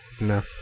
No